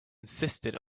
insisted